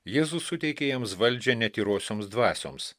jėzus suteikė jiems valdžią netyrosioms dvasioms